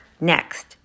Next